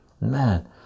man